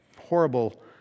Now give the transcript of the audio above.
horrible